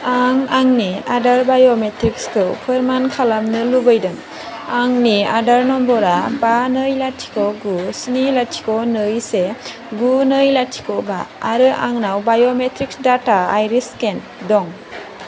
आं आंनि आदार बाय'मेट्रिक्सखौ फोरमान खालामनो लुबैदों आंनि आदार नम्बरा बा नै लाथिख' गु स्नि लाथिख' नै से गु नै लाथिख' बा आरो आंनाव बाय'मेट्रिक्स डाटा आइरिस स्केन दं